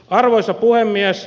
arvoisa puhemies